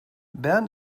bern